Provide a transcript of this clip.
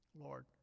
Lord